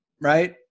Right